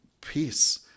peace